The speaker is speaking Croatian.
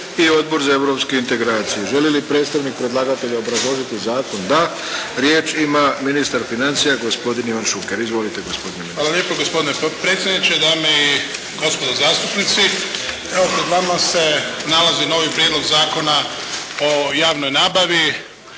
i Odbor za europske integracije. Želi li predstavnik predlagatelja obrazložiti zakon? Da. Riječ ima ministar financija gospodin Ivan Šuker. Izvolite, gospodine ministre. **Šuker, Ivan (HDZ)** Hvala lijepo gospodine potpredsjedniče. Dame i gospodo zastupnici. Evo, pred nama se nalazi novi Prijedlog zakona o javnoj nabavi.